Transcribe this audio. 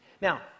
Now